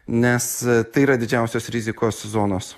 nes tai yra didžiausios rizikos zonos